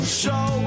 show